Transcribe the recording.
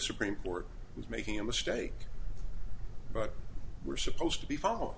supreme court was making a mistake but we're supposed to be following